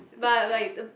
but like the